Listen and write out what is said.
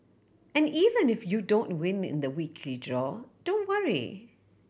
and even if you don't win in the weekly draw don't worry